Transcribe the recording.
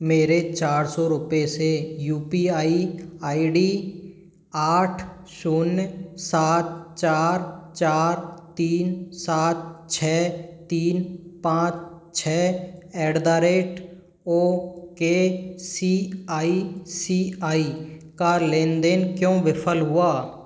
मेरे चार सौ रुपये से U P I I D आठ शून्य सात चार चार तीन सात छः तीन पाँच छः at the rate O K C I C I का लेने देने क्यों विफल हुआ